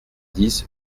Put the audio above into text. dix